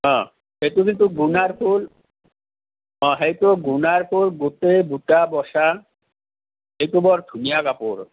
অঁ সেইটো কিন্তু গুনাৰ ফুল অঁ সেইটো গুনাৰ ফুল গোটেই বুটা বছা এইটো বৰ ধুনীয়া কাপোৰ